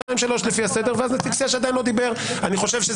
שניים שלוש לפי הסדר ואז נציג סיעה שעדיין לא דיבר.